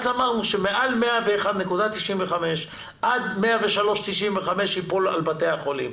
אז אמרנו שמעל 101.5% עד 103.95% ייפול על בתי החולים,